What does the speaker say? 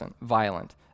violent